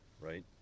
right